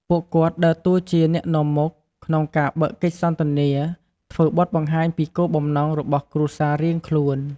ពួកគាត់ដើរតួជា អ្នកនាំមុខ ក្នុងការបើកកិច្ចសន្ទនា ធ្វើបទបង្ហាញពីគោលបំណងរបស់គ្រួសាររៀងខ្លួន។